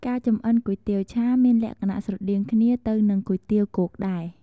ការចម្អិនគុយទាវឆាមានលក្ខណៈស្រដៀងគ្នាទៅនឺងគុយទាវគោកដែរ។